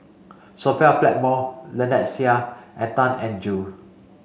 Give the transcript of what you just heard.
Sophia Blackmore Lynnette Seah and Tan Eng Joo